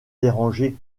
déranger